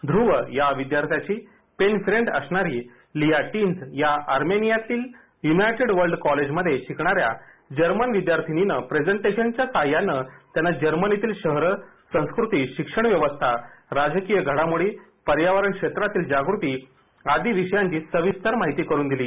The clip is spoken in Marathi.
ध्रूव या विद्यार्थ्यांची पेन फ्रेंड असणारी लिया टिन्झ या आर्मेनियातल्या यूनायटेड वर्ल्ड कॉलेज मध्ये शिकणाऱ्या जर्मन विद्यार्थिनीनं प्रेझंटेशनच्या सहाय्याने त्याना जर्मनीतील शहरं संस्कृती शिक्षण व्यवस्था राजकीय घडामोडी पर्यावरण क्षेत्रातील जागृती आदी विषयांची सविस्तर माहिती करून दिली